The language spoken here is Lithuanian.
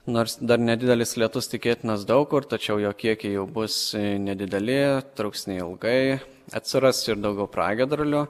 nors dar nedidelis lietus tikėtinas daug kur tačiau jo kiekiai jau bus nedideli truks neilgai atsiras ir daugiau pragiedrulių